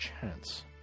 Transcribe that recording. chance